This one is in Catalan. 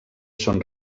són